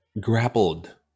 grappled